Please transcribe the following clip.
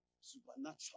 Supernatural